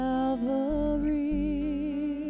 Calvary